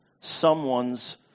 Someone's